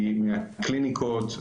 מהקליניקות,